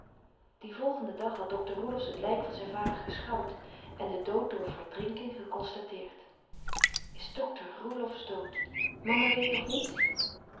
dien volgenden dag had dokter roelofsz het lijk van zijn vader geschouwd en den dood door verdrinking geconstateerd is dokter roelofsz dood mama weet nog niets